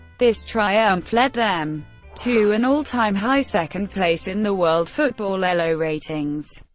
this triumph led them to an all-time high second place in the world football elo ratings.